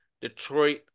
Detroit